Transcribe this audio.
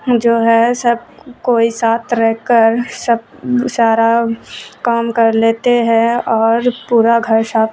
جو ہے سب کوئی ساتھ رہ کر سب سارا کام کر لیتے ہیں اور پورا گھر شب